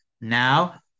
now